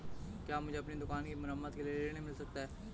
क्या मुझे अपनी दुकान की मरम्मत के लिए ऋण मिल सकता है?